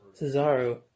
Cesaro